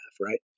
right